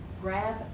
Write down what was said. grab